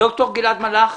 דוקטור גלעד מלאך.